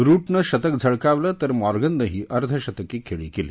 रुटनं शतक झळकावलं तर मॉर्गननंही अर्धशतकी खेळी केली